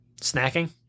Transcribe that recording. Snacking